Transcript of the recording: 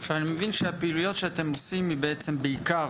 אני מבין שהפעילויות שאתם עושים היא בעצם בעיקר,